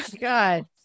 God